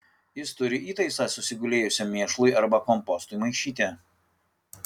jis turi įtaisą susigulėjusiam mėšlui arba kompostui maišyti